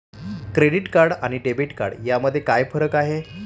Credit card आणि debit card यामध्ये काय फरक आहे?